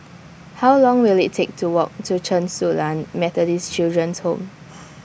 How Long Will IT Take to Walk to Chen Su Lan Methodist Children's Home